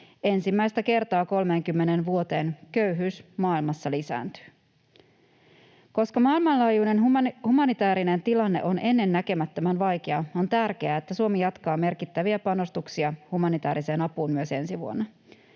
Ensimmäistä kertaa 30 vuoteen köyhyys maailmassa lisääntyy. Koska maailmanlaajuinen humanitäärinen tilanne on ennennäkemättömän vaikea, on tärkeää, että Suomi jatkaa merkittäviä panostuksia humanitääriseen apuun myös ensi vuonna.